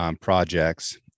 projects